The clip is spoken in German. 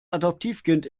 adoptivkind